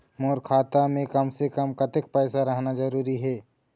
मोर खाता मे कम से से कम कतेक पैसा रहना जरूरी हे?